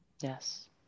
Yes